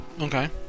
Okay